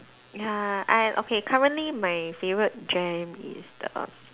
ya I okay currently my favorite jam is the